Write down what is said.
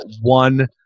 one